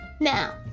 now